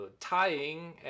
tying